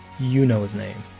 you know his name.